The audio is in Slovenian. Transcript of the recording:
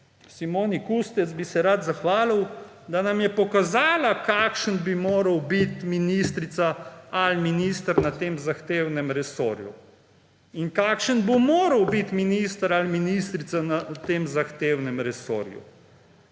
Simoni Kustec bi se rad zahvalil, da nam je pokazala, kakšen bi moral biti ministrica ali minister na tem zahtevnem resorju in kakšen bo moral biti minister ali ministrica v tem zahtevnem resorju.